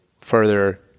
further